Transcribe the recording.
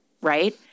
Right